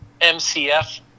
MCF